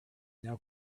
now